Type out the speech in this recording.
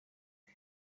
bwe